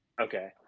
Okay